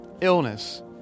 illness